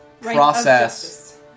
process